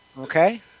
okay